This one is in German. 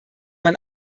man